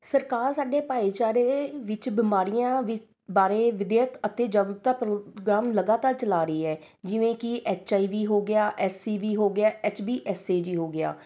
ਸਰਕਾਰ ਸਾਡੇ ਭਾਈਚਾਰੇ ਵਿੱਚ ਬਿਮਾਰੀਆਂ ਵੀ ਬਾਰੇ ਵਿੱਦਿਅਕ ਅਤੇ ਜਾਗਰੂਕਤਾ ਪ੍ਰੋਗਰਾਮ ਲਗਾਤਾਰ ਚਲਾ ਰਹੀ ਹੈ ਜਿਵੇਂ ਕਿ ਐੱਚ ਆਈ ਵੀ ਹੋ ਗਿਆ ਐੱਸ ਈ ਬੀ ਹੋ ਗਿਆ H B S A G ਹੋ ਗਿਆ